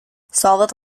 solid